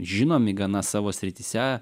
žinomi gana savo srityse